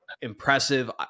impressive